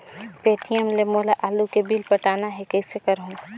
Paytm ले मोला आलू के बिल पटाना हे, कइसे करहुँ?